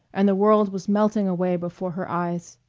and the world was melting away before her eyes.